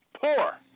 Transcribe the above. poor